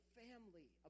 family